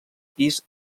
pis